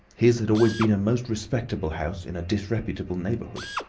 his had always been a most respectable house in a disreputable neighbourhood.